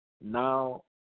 now